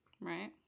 right